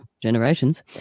generations